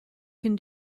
can